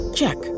check